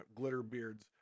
Glitterbeard's